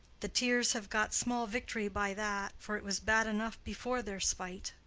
the tears have got small victory by that, for it was bad enough before their spite.